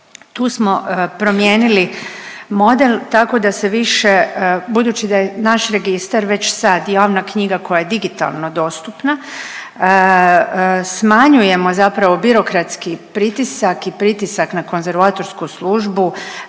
Tu smo promijenili model tako da se više budući da je naš registar već sad javna knjiga koja je digitalno dostupna smanjujemo zapravo birokratski pritisak i pritisak na konzervatorsku službu